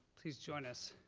please join us.